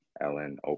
Ellen